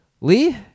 Lee